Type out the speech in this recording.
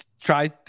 Try